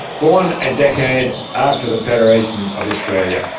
born a decade after the federation of australia,